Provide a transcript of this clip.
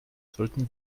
sollten